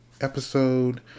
episode